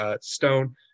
Stone